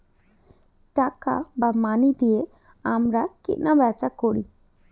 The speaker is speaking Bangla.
টাকা বা মানি দিয়ে আমরা কেনা বেচা করি